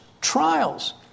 trials